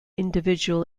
individual